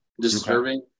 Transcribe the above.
disturbing